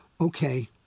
Okay